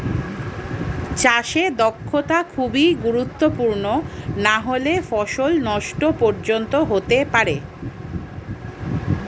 চাষে দক্ষতা খুবই গুরুত্বপূর্ণ নাহলে ফসল নষ্ট পর্যন্ত হতে পারে